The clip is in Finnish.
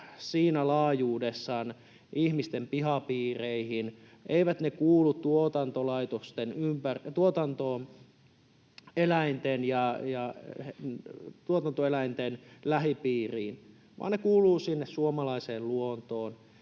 tässä laajuudessa ihmisten pihapiireihin, eivät ne kuulu tuotantoeläinten lähipiirin, vaan ne kuuluvat sinne suomalaiseen luontoon.